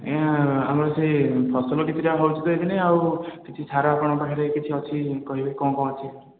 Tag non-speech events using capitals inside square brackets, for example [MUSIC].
ଆଜ୍ଞା ଆମର ସେ ଫସଲ କିଛିଟା ହେଉଛି [UNINTELLIGIBLE] ଆଉ କିଛି ସାର ଆପଣଙ୍କ ପାଖରେ କିଛି ଅଛି କହିବେ କ'ଣ କ'ଣ ଅଛି